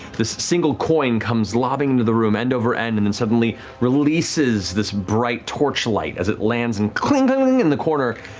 this single coin comes lobbing into the room, end over end, and the and suddenly releases this bright torchlight as it lands and cling-a-ling in the corner.